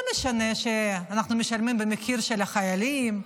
לא משנה שאנחנו משלמים במחיר של החיילים,